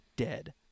dead